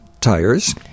tires